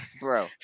Bro